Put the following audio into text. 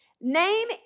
Name